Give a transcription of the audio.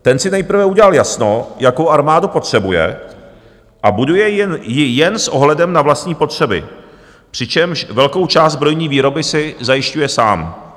Ten si nejprve udělal jasno, jakou armádu potřebuje, a buduje ji jen s ohledem na vlastní potřeby, přičemž velkou část zbrojní výroby si zajišťuje sám.